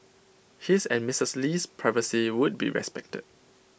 his and Mrs Lee's privacy would be respected